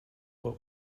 bei